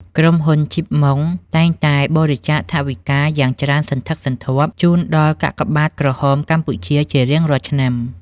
ក្រុមហ៊ុន ជីប ម៉ុង (Chip Mong) តែងតែបរិច្ចាគថវិកាយ៉ាងច្រើនសន្ធឹកសន្ធាប់ជូនដល់ កាកបាទក្រហមកម្ពុជា ជារៀងរាល់ឆ្នាំ។